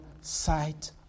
sight